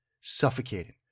suffocating